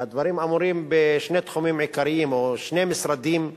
והדברים אמורים בשני תחומים עיקריים או בשני משרדים,